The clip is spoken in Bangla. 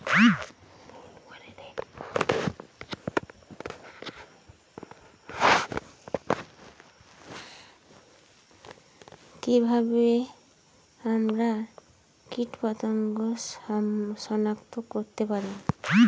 কিভাবে আমরা কীটপতঙ্গ সনাক্ত করতে পারি?